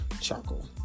charcoal